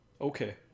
okay